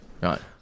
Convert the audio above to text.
Right